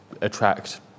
attract